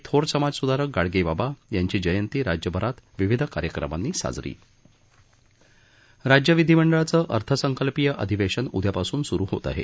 थोर समाजसुधारक गाडगे बाबा यांची जयंती राज्यभरात विविध कार्यक्रमांनी साजरी राज्य विधिमंडळाचं अर्थसंकल्पीय अधिवेशन उद्यापासुन सुरू होत आहे